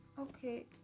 okay